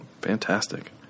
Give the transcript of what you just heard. fantastic